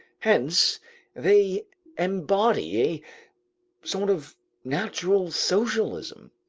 hence they embody a sort of natural socialism.